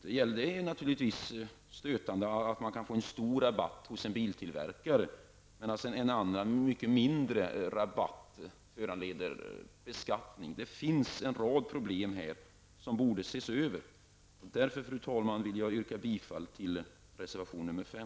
Det är naturligtvis stötande att man skattefritt kan få en stor rabatt hos en biltillverkare, men att sedan en annan, mycket mindre rabatt föranleder beskattning. Det finns en rad problem här som borde ses över. Därför, fru talman, yrkar jag bifall till reservation nr 5.